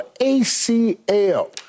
ACL